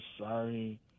sorry